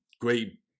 great